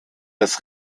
des